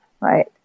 right